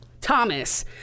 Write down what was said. Thomas